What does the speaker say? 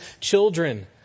children